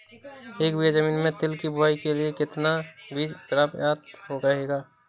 एक बीघा ज़मीन में तिल की बुआई के लिए कितना बीज प्रयाप्त रहेगा?